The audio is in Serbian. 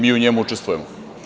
Mi u njemu učestvujemo.